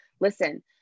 listen